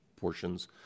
portions